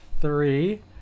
three